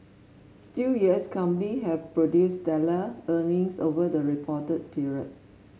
still U S company have produced stellar earnings over the reporting period